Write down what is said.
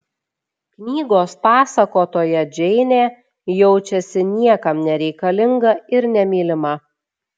knygos pasakotoja džeinė jaučiasi niekam nereikalinga ir nemylima